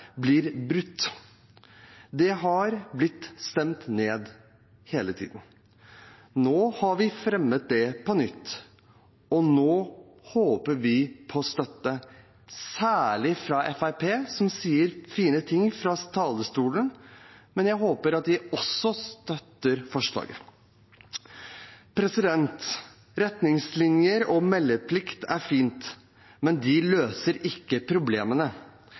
blir brutt. Det har blitt stemt ned hele tiden. Nå har vi fremmet det på nytt, og nå håper vi på støtte – særlig fra Fremskrittspartiet, som sier fine ting fra talerstolen, men jeg håper at de også støtter forslaget. Retningslinjer og meldeplikt er fint, men det løser ikke problemene.